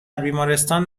بیمارستان